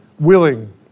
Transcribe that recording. Willing